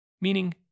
meaning